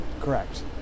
Correct